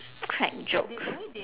crack jokes